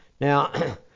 Now